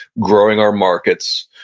growing our markets,